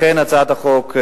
לכן הצעת החוק,